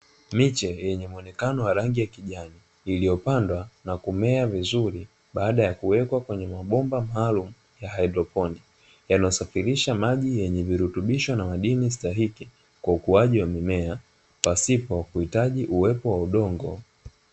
Miche yenye muonekano wa rangi ya kijani, iliyopandwa na kumea vizuri baada ya kuwekwa kwenye mabomba maalumu ya haidroponii, yanayosafirisha maji yenye virutubisho na madini stahiki kwa ukuaji wa mimea pasipo kuhitaji uwepo wa udongo.